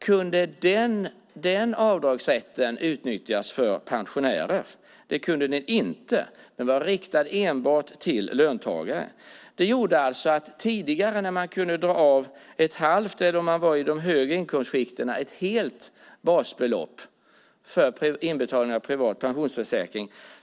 Kunde den avdragsrätten utnyttjas av pensionärer? Nej, det kunde den inte. Den var riktad till enbart löntagare. Tidigare kunde man dra av ett halvt eller om man låg i de högre inkomstskikten ett helt basbelopp för inbetalning av privat pensionsförsäkring.